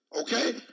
Okay